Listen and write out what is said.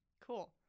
Cool